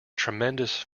tremendous